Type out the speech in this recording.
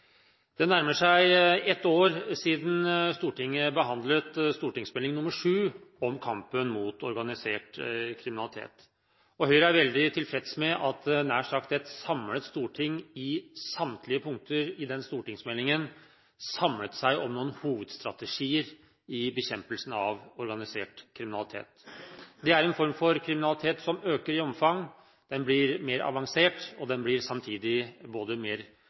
Det nærmer seg ett år siden Stortinget behandlet Meld. St. 7 for 2010–2011 om kampen mot organisert kriminalitet. Høyre er veldig tilfreds med at nær sagt et samlet storting på samtlige punkter i den stortingsmeldingen samlet seg om noen hovedstrategier i bekjempelsen av organisert kriminalitet. Det er en form for kriminalitet som øker i omfang. Den blir mer avansert, og den blir samtidig både mer